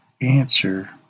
answer